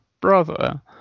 brother